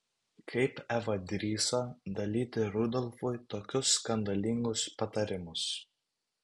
kaip eva drįso dalyti rudolfui tokius skandalingus patarimus